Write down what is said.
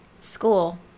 School